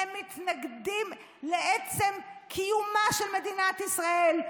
הם מתנגדים לעצם קיומה של מדינת ישראל.